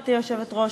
גברתי היושבת-ראש,